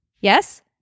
Yes